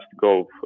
go